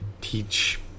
teach